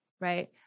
right